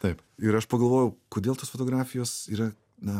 taip ir aš pagalvojau kodėl tos fotografijos yra na